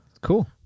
Cool